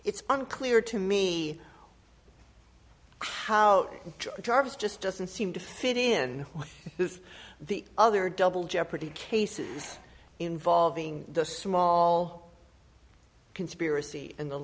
it's unclear to me how jarvis just doesn't seem to fit in with the other double jeopardy cases involving the small conspiracy and the